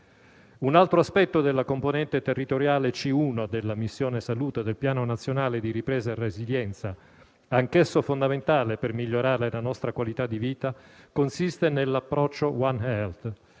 Un altro aspetto della componente territoriale C1 della missione «Salute» del Piano nazionale di ripresa e resilienza, anch'esso fondamentale per migliorare la nostra qualità di vita, consiste nell'approccio *one health*,